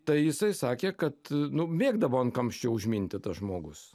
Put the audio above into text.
tai jisai sakė kad nu mėgdavo ant kamščio užminti tas žmogus